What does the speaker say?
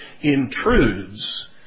intrudes